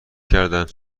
کردن